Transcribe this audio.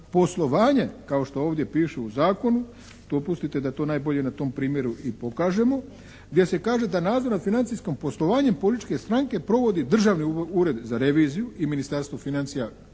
poslovanje kao što ovdje piše u zakonu, dopustite da to najbolje na tom primjeru i pokažemo, gdje se kaže da nadzor nad financijskim poslovanjem političke stranke provodi Državni ured za reviziju i Ministarstvo financija